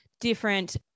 different